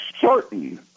certain